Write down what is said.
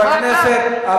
חבר הכנסת עפו.